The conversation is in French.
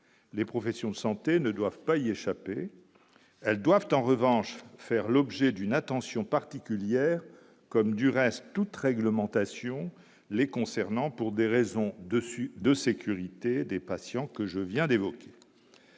les professions de santé ne doivent pas il y a échappé, elles doivent en revanche faire l'objet d'une attention particulière, comme du reste toute réglementation les concernant, pour des raisons dessus de sécurité des patients que je viens d'évoquer,